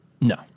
No